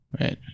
right